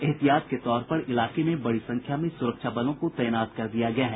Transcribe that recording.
एहतियात के तौर पर इलाके में बड़ी संख्या में सुरक्षा बलों को तैनात कर दिया गया है